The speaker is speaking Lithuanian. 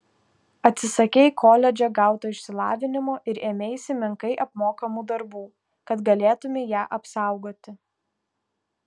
atsisakei koledže gauto išsilavinimo ir ėmeisi menkai apmokamų darbų kad galėtumei ją apsaugoti